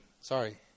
Sorry